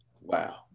Wow